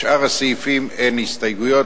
לשאר הסעיפים אין הסתייגויות.